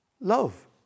love